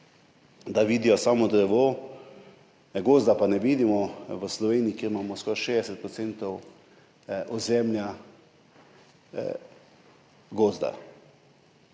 da vidijo samo drevo, gozda pa ne vidimo, v Sloveniji, kjer imamo skoraj 60 % ozemlja gozda.